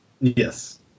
yes